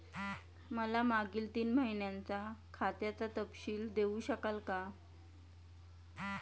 मला मागील तीन महिन्यांचा खात्याचा तपशील देऊ शकाल का?